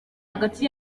hagati